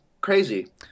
crazy